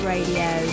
Radio